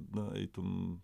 na eitum